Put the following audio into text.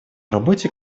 работе